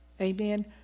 Amen